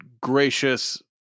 gracious